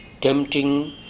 tempting